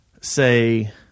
say